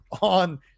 on